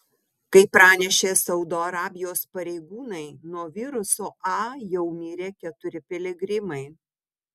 kaip pranešė saudo arabijos pareigūnai nuo viruso a jau mirė keturi piligrimai